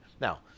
Now